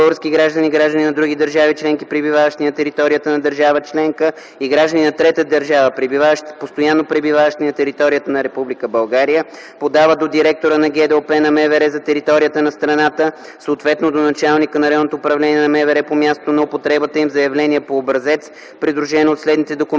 български граждани, граждани на други държави членки, пребиваващи на територията на държава членка и граждани на трета държава, постоянно пребиваващи на територията на Република България, подават до директора на ГДОП на МВР за територията на страната, съответно до началника на РУ на МВР по мястото на употребата им, заявление по образец, придружено от следните документи: